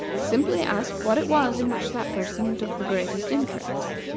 simply asked what it was in which that person took the greatest interest.